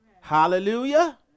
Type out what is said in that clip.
Hallelujah